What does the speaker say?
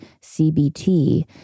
CBT